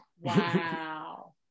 Wow